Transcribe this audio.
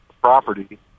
property